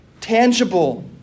Tangible